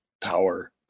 power